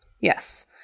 Yes